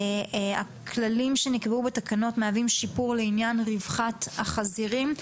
וכללים שנקבעו בתקנות מהווים שיפור לעניין רווחת החזירים,